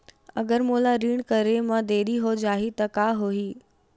अगर मोला ऋण करे म देरी हो जाहि त का होही?